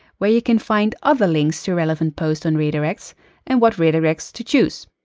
where you can find other links to relevant posts on redirects and what redirects to choose.